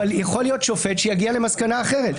אבל יכול להיות שופט שיגיע למסקנה אחרת.